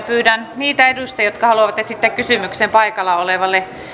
pyydän niitä edustajia jotka haluavat esittää kysymyksen paikalla olevalle